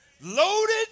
loaded